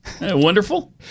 Wonderful